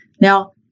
Now